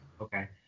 okay